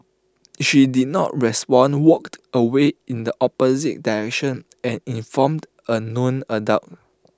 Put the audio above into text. she did not respond walked away in the opposite direction and informed A known adult